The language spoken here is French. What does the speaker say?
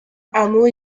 hameau